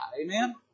amen